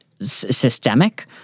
systemic